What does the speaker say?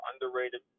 underrated